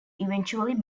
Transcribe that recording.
eventually